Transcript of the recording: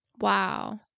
Wow